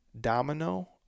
domino